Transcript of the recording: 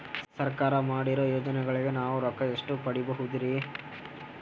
ಸರ್ಕಾರ ಮಾಡಿರೋ ಯೋಜನೆಗಳಿಗೆ ನಾವು ರೊಕ್ಕ ಎಷ್ಟು ಪಡೀಬಹುದುರಿ?